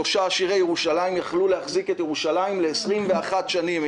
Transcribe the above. שלושה עשירי ירושלים יכלו להחזיק את ירושלים ל-21 שנים.